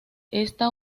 esta